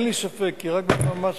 הסדר נוסף